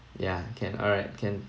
yeah can alright can